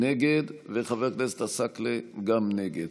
נגד, וחבר הכנסת עסאקלה, גם נגד,